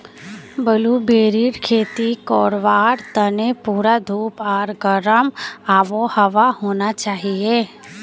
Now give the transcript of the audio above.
ब्लूबेरीर खेती करवार तने पूरा धूप आर गर्म आबोहवा होना चाहिए